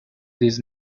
this